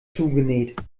zugenäht